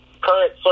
current